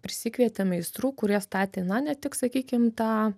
prisikvietė meistrų kurie statė na ne tik sakykim tą